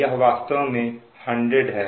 यह वास्तव में 100 है